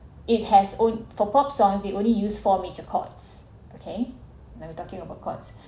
it has own for pop songs they only use four major chords okay never talking about chords